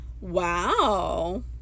Wow